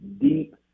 deep